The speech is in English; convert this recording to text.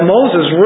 Moses